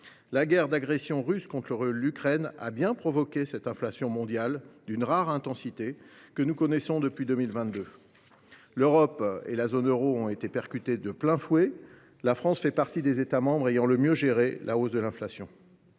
La guerre d’agression russe contre l’Ukraine a bien provoqué l’inflation mondiale, d’une rare intensité, que nous connaissons depuis 2022. L’Europe et la zone euro ont été percutées de plein fouet. La France fait partie des États membres ayant le mieux géré la hausse de l’inflation.